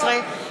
התשע"ז 2017,